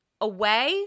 away